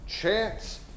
chance